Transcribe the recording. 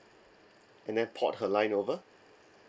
and then port her line over